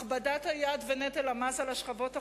הכבדת היד ונטל המס על השכבות החלשות,